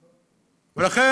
לכן,